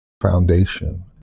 foundation